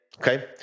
okay